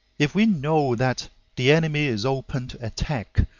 if we know that the enemy is open to attack,